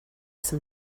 some